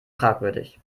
fragwürdig